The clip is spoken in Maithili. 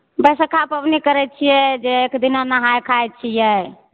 बैसखा पवनी करै छियै जे एक दिना नहाय खाय छियै